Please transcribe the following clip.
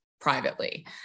privately